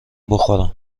بخورم